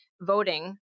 voting